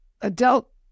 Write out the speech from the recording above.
adult